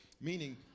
Meaning